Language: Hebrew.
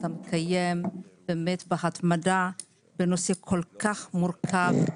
אתה מקיים בהתמדה דיון בנושא כל-כך מורכב,